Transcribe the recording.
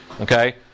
Okay